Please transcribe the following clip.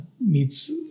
meets